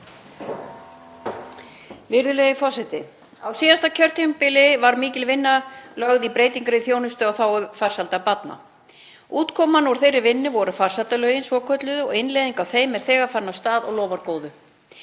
Virðulegi forseti. Á síðasta kjörtímabili var mikil vinna lögð í breytingar á þjónustu í þágu farsældar barna. Útkoman úr þeirri vinnu voru farsældarlögin svokölluðu og innleiðing á þeim er þegar farin af stað og lofar góðu.